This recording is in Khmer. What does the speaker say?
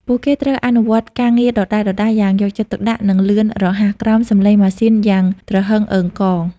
ពួកគេត្រូវអនុវត្តការងារដដែលៗយ៉ាងយកចិត្តទុកដាក់ និងលឿនរហ័ស ក្រោមសំឡេងម៉ាស៊ីនយ៉ាងទ្រហឹងអ៊ឹងកង។